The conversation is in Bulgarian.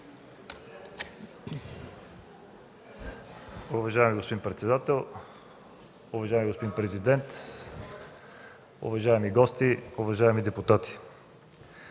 Уважаеми господин председател, уважаеми господин президент, уважаеми гости, уважаеми господин